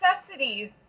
Necessities